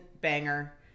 Banger